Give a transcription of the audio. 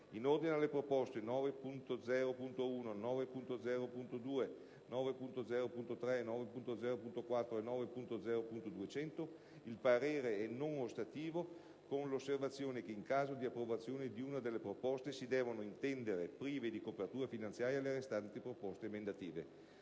In ordine alle proposte 9.0.1, 9.0.2, 9.0.3, 9.0.4 e 9.0.200, il parere è non ostativo con l'osservazione che in caso di approvazione di una delle proposte si devono intendere prive di copertura finanziaria le restanti proposte emendative.